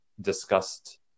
discussed